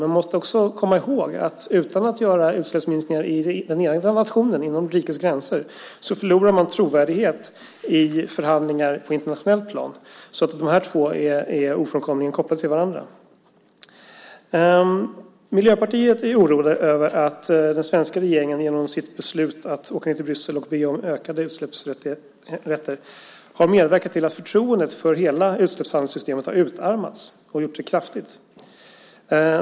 Men man måste också komma ihåg att om man inte gör utsläppsminskningar i den egna nationen, inom rikets gränser, förlorar man trovärdighet i förhandlingar på internationellt plan. De två sakerna är ofrånkomligt kopplade till varandra. Miljöpartiet är oroligt över att den svenska regeringen genom sitt beslut att åka ned till Bryssel och be om ökade utsläppsrätter har medverkat till att förtroendet för hela utsläppshandelssystemet kraftigt har utarmats.